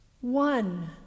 one